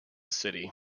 city